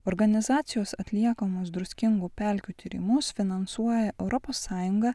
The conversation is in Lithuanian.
organizacijos atliekamos druskingų pelkių tyrimus finansuoja europos sąjunga